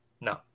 No